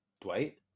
Dwight